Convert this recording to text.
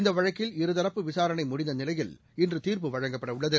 இந்தவழக்கில் இரு தரப்பு விசாரணைமுடிந்தநிலையில் இன்றுதீர்ப்பு வழங்கப்படஉள்ளது